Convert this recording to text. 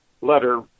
letter